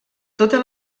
tota